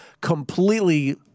completely